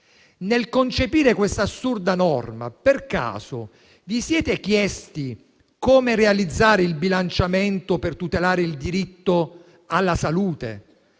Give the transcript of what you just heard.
Nel concepire questa assurda norma, per caso vi siete chiesti come realizzare il bilanciamento per tutelare il diritto alla salute?